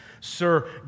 sir